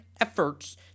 efforts